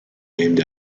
named